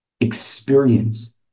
experience